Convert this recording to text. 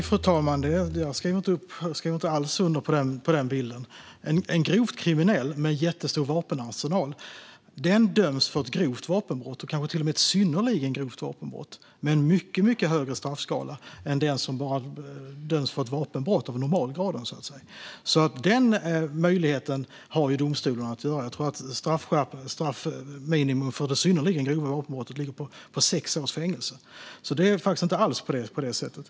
Fru talman! Jag skriver inte alls under på det. En grovt kriminell med en jättestor vapenarsenal döms för ett grovt vapenbrott, kanske till och med ett synnerligen grovt vapenbrott, med en mycket högre straffskala än för den som bara döms för ett vapenbrott av normalgraden. Den möjligheten har domstolarna. Jag tror att minimistraffet för det synnerligen grova vapenbrottet ligger på sex års fängelse, så det är faktiskt inte alls på det sättet.